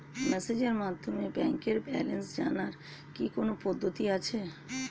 মেসেজের মাধ্যমে ব্যাংকের ব্যালেন্স জানার কি কোন পদ্ধতি আছে?